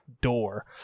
door